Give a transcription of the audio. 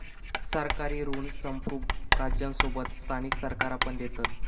सरकारी ऋण संप्रुभ राज्यांसोबत स्थानिक सरकारा पण देतत